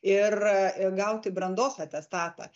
ir gauti brandos atestatą